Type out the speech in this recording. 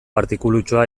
artikulutxoa